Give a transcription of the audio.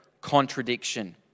contradiction